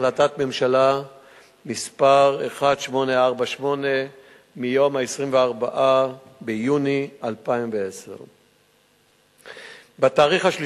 החלטת ממשלה מס' 1848 מיום 24 ביוני 2010. בתאריך 3